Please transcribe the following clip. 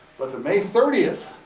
but the may thirtieth,